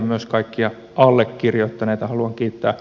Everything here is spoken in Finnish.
myös kaikkia allekirjoittaneita haluan kiittää